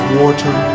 water